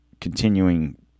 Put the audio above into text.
continuing